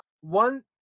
One